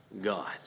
God